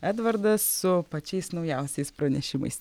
edvardas su pačiais naujausiais pranešimais